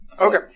Okay